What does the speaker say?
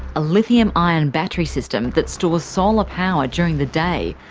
a lithium ion battery system that stores solar power during the day,